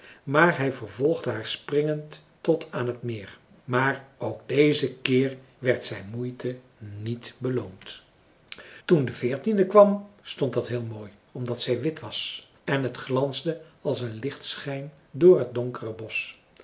maar hij vervolgde haar springend tot aan het meer maar ook dezen keer werd zijn moeite niet beloond toen de veertiende kwam stond dat heel mooi omdat zij wit was en het glansde als een lichtschijn door het donkere bosch